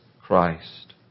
Christ